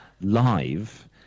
live